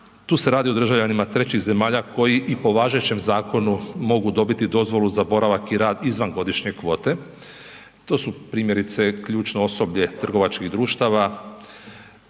Dakle, radi se o državljanima trećih zemalja koji i po važećem zakonu mogu dobiti dozvolu za boravak i rad izvan godišnje kvote. Primjerice, ključnom osoblju trgovačkih društava,